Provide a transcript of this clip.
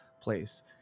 place